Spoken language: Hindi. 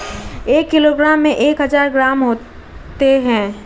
एक किलोग्राम में एक हज़ार ग्राम होते हैं